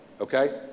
okay